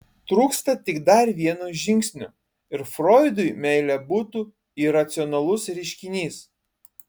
trūksta tik dar vieno žingsnio ir froidui meilė būtų iracionalus reiškinys